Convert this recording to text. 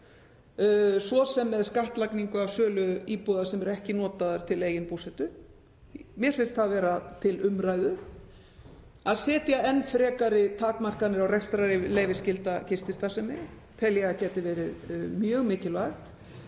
svo sem með skattlagningu á sölu íbúða sem eru ekki notaðar til eigin búsetu. Mér finnst það vera til umræðu. Að setja enn frekari takmarkanir á rekstrarleyfisskylda gististarfsemi tel ég að geti verið mjög mikilvægt,